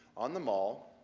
on the mall.